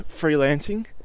freelancing